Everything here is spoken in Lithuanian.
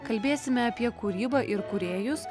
kalbėsime apie kūrybą ir kūrėjus